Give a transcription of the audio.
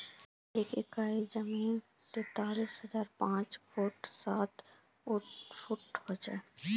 एक एकड़ जमीन तैंतालीस हजार पांच सौ साठ वर्ग फुट हो छे